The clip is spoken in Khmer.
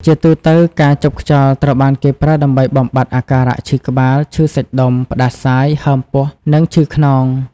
ជាទូទៅ ការជប់ខ្យល់ត្រូវបានគេប្រើដើម្បីបំបាត់អាការៈឈឺក្បាល ឈឺសាច់ដុំ ផ្តាសាយ ហើមពោះ និងឈឺខ្នង។